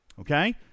Okay